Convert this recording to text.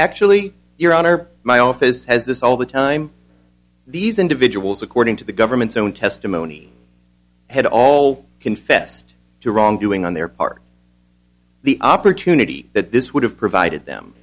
actually your honor my office has this all the time these individuals according to the government's own testimony had all confessed to wrongdoing on their part the opportunity that this would have provided them